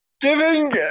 Giving